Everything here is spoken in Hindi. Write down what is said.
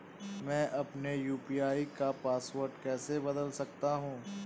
मैं अपने यू.पी.आई का पासवर्ड कैसे बदल सकता हूँ?